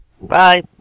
Bye